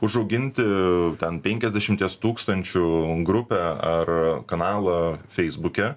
užauginti ten penkiasdešimties tūkstančių grupę ar kanalą feisbuke